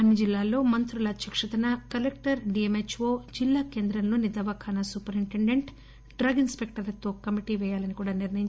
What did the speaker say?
అన్ని జిల్లాల్లో మంత్రుల అధ్యక్షతన కలెక్టర్ డీఎంహెచ్ఓ జిల్లా కేంద్రంలోని దవాఖానా సూపరింటెండెంట్ డ్రగ్ ఇన్ స్పెక్టర్లతో కమిటీ వేయాలని నిర్ణయం